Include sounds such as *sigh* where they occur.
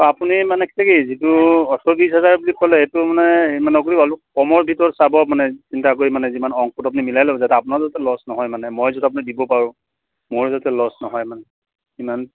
অ' আপুনি মানে *unintelligible* কি যিটো ওঠৰ বিছ হাজাৰ বুলি ক'লে এইটো মানে অলপ কমৰ ভিতৰত চাব মানে চিন্তা কৰি মানে যিমান অংকটো আপুনি মিলাই ল'ব যাতে আপোনাৰ যাতে লছ নহয় মানে মই যাতে আপোনাক দিব পাৰো মোৰো যাতে লছ নহয় মানে ইমান